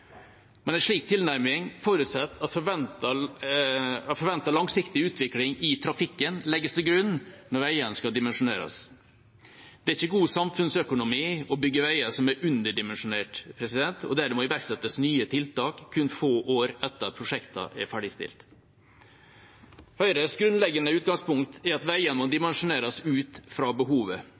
Men en slik tilnærming forutsetter at forventet langsiktig utvikling i trafikken legges til grunn når veiene skal dimensjoneres. Det er ikke god samfunnsøkonomi å bygge veier som er underdimensjonert, og der det må iverksettes nye tiltak kun få år etter at prosjektene er ferdigstilt. Høyres grunnleggende utgangspunkt er at veiene må dimensjoneres ut fra behovet.